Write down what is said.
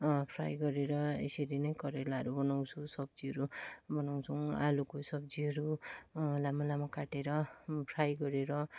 fry गरेर यसरी नै करेलाहरू बनाउँछु सब्जीहरू बनाउँछौँ आलुको सब्जीहरू लामो लामो काटेर फ्राई गरेर